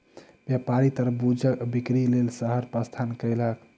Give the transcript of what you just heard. व्यापारी तरबूजक बिक्री लेल शहर प्रस्थान कयलक